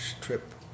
trip